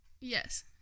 Yes